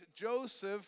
Joseph